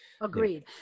Agreed